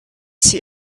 see